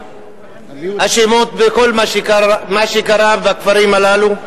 אשמות בכל מה שקרה בכפרים הללו.